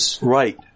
Right